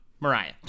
Mariah